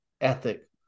ethic